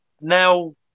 now